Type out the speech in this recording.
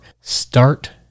Start